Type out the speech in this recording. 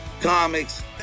comics